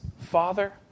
Father